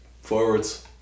forwards